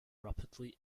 rapidly